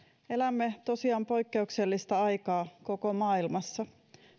elämme tosiaan poikkeuksellista aikaa koko maailmassa